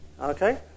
Okay